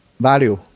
value